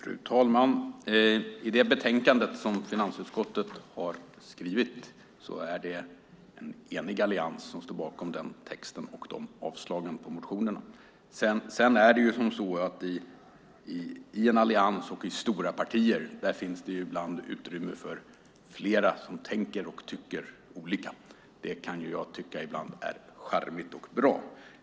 Fru talman! I det betänkande finansutskottet har skrivit är det en enig allians som står bakom texten och föreslår avslag på motionerna. Sedan är det så att det i en allians och i stora partier ibland finns utrymme för flera som tycker och tänker olika. Det kan jag ibland tycka är charmigt och bra.